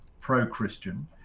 pro-Christian